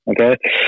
okay